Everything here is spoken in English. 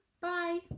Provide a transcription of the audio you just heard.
bye